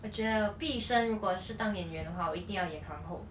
我觉得毕生如果是当演员的话我一定要演皇后